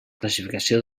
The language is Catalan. classificació